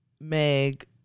Meg